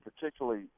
particularly